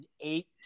eight